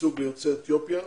הייצוג ליוצאי אתיופיה.